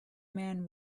man